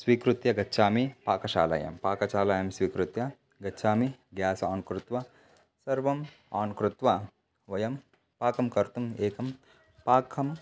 स्वीकृत्य गच्छामि पाकशालायां पाकशालायां स्वीकृत्य गच्छामि ग्यास् आन् कृत्वा सर्वं आन् कृत्वा वयं पाकं कर्तुम् एकं पाकं